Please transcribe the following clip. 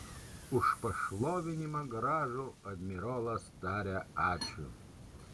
už pašlovinimą gražų admirolas taria ačiū